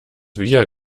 wir